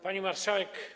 Pani Marszałek!